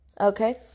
Okay